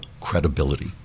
credibility